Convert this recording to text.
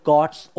God's